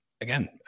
again